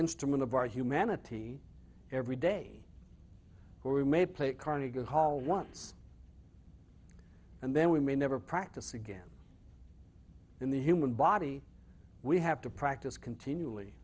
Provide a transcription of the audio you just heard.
instrument of our humanity every day or we may play at carnegie hall once and then we may never practice again in the human body we have to practice continually